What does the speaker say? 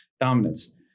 dominance